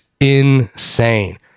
insane